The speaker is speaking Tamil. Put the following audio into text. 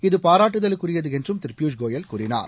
இதுபாரட்டுதலுக்குரியதுஎன்றும் திருபியூஷ் கோயல் கூறினார்